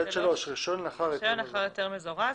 רישיון לאחר היתר מזורז.